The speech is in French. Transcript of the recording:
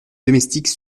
domestiques